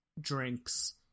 drinks